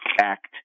Act